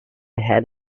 had